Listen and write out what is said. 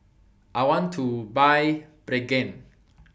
I want to Buy Pregain